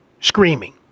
screaming